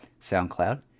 SoundCloud